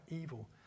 evil